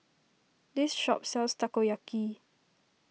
this shop sells Takoyaki